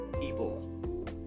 people